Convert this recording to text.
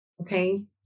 okay